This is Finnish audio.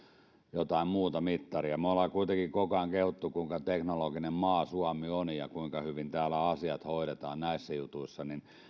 jotain muuta mittaria kun me olemme kuitenkin koko ajan kehuneet kuinka teknologinen maa suomi on ja kuinka hyvin täällä asiat hoidetaan näissä jutuissa niin